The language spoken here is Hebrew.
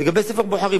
לגבי ספר בוחרים,